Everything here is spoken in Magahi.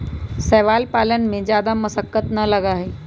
शैवाल पालन में जादा मशक्कत ना लगा हई